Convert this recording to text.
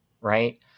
right